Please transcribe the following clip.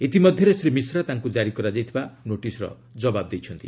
ଇତିମଧ୍ୟରେ ଶ୍ରୀ ମିଶ୍ରା ତାଙ୍କୁ ଜାରି କରାଯାଇଥିବା ନୋଟିସ୍ର ଜବାବ ଦେଇଛନ୍ତି